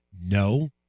No